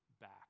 back